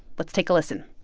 let's take a listen